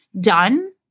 done